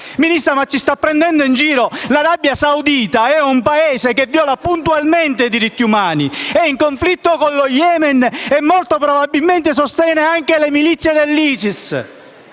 Ministra, ma ci sta prendendo in giro? L'Arabia Saudita è un Paese che viola puntualmente i diritti umani, è in conflitto con lo Yemen e molto probabilmente sostiene anche le milizie dell'ISIS.